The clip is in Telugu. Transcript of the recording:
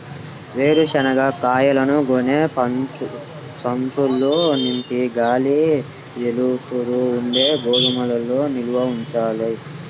వేరుశనగ కాయలను గోనె సంచుల్లో నింపి గాలి, వెలుతురు ఉండే గోదాముల్లో నిల్వ ఉంచవచ్చా?